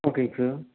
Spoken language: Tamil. ஓகேங்க சார்